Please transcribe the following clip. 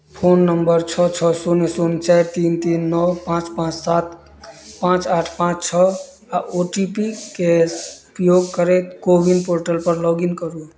phone number छओ छओ शून्य शून्य चारि तीन तीन नओ पाँच पाँच सात पाँच आठ पाँच छओ आओर ओ टी पी के उपयोग करैत कोविन पोर्टलपर लॉगिन करू